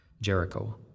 Jericho